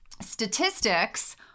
statistics